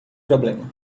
problema